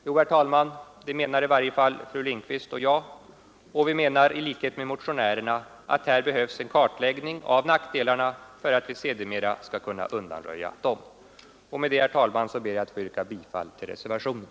Jo, herr talman, det menar i varje fall fru Lindquist och jag, och vi menar i likhet med motionärerna att här behövs en kartläggning av nackdelarna för att vi sedermera skall kunna undanröja detta. Med det, herr talman, ber jag att få yrka bifall till reservationen.